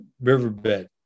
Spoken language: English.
riverbed